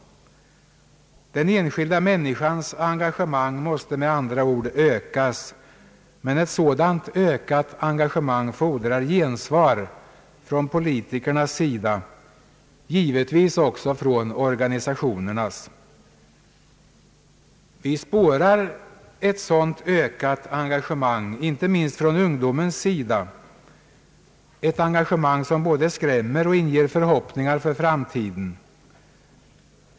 Den enskilda människans engagemang måste med andra ord ökas. Men ett sådant ökat engagemang fordrar gensvar från politikernas sida, givetvis också från organisationernas. Vi spårar ett sådant ökat engagemang, inte minst hos ungdomen — ett engagemang som både skrämmer och inger förhoppningar för framtiden.